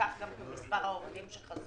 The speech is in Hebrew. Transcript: כך גם מספר העובדים שחזרו.